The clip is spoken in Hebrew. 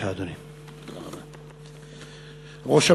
בבקשה, אדוני.